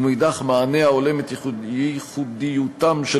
ומאידך גיסא מענה ההולם את ייחודיותם של